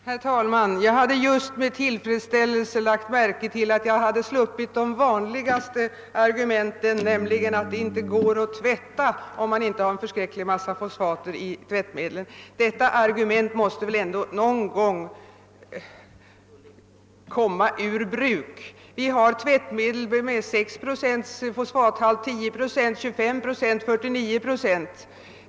Herr talman! Jag hade just med tillfredsställelse noterat att jag sluppit höra det vanligaste argumentet, nämligen att det inte går att tvätta utan att ha en mycket stor kvantitet fosfat i tvättmedlet. Det argumentet måste väl ändå komma ur bruk någon gång. Vi har i dag tvättmedel med 6, 10, 25, 49 procents fosfathalt.